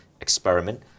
experiment